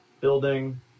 building